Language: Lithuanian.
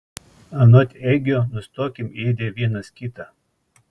anot egio nustokim ėdę vienas kitą